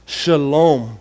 shalom